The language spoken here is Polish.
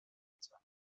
matce